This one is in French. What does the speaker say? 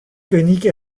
conique